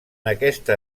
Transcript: aquesta